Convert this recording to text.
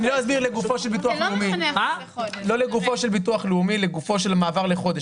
אני לא אסביר לגופו של ביטוח לאומי אלא לגופו של מעבר לחודש.